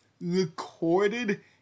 recorded